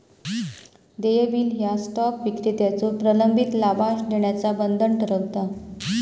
देय बिल ह्या स्टॉक विक्रेत्याचो प्रलंबित लाभांश देण्याचा बंधन ठरवता